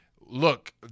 look